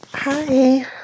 Hi